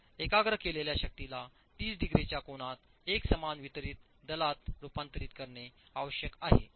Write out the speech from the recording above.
तर एकाग्र केलेल्या शक्तीला 30 डिग्रीच्या कोनात एकसमान वितरित दलात रूपांतरित करणे आवश्यक आहे